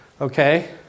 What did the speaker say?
Okay